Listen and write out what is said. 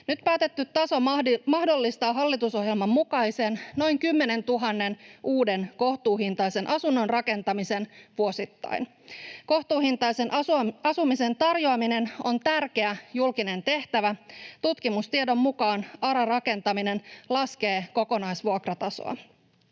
Nyt päätetty taso mahdollistaa hallitusohjelman mukaisten noin 10 000 uuden kohtuuhintaisen asunnon rakentamisen vuosittain. Kohtuuhintaisen asumisen tarjoaminen on tärkeä julkinen tehtävä. Tutkimustiedon mukaan ARA-rakentaminen laskee kokonaisvuokratasoa.